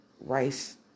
rice